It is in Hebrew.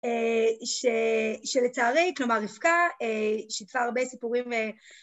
שלצערי, כלומר רבקה, שיתפה הרבה סיפורים